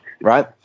right